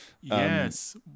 yes